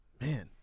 man